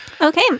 Okay